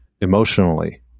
emotionally